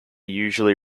usually